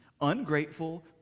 ungrateful